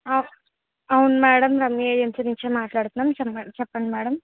అవును madam Ramya agency నుంచే మాట్లాడుతున్నాము చెప్పండి మేడం